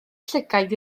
llygaid